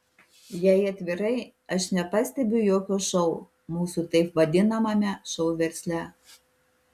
jei atvirai aš nepastebiu jokio šou mūsų taip vadinamame šou versle